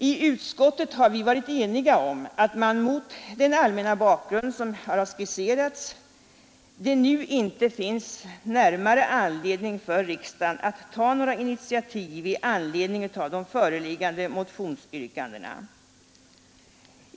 I utskottet har vi varit eniga om att det, mot den allmänna bakgrund som här har skisserats, nu inte finns närmare anledning för riksdagen att ta några initiativ i anledning av de föreliggande motionsyrkandena.